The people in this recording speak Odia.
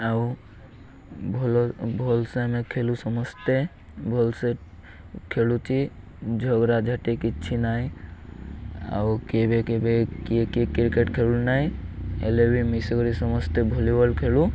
ଆଉ ଭଲ ଭଲ ସେ ଆମେ ଖେଳୁ ସମସ୍ତେ ଭଲ ସେ ଖେଳୁଛି ଝଗଡ଼ା ଝାଟି କିଛି ନାହିଁ ଆଉ କେବେ କେବେ କିଏ କିଏ କ୍ରିକେଟ୍ ଖେଳୁ ନାହିଁ ହେଲେ ବିି ମିଶିକରି ସମସ୍ତେ ଭଲି ବଲ୍ ଖେଳୁ